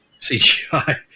CGI